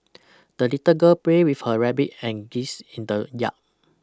the little girl pray with her rabbit and geese in the yard